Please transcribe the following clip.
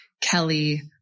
Kelly